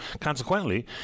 Consequently